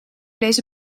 deze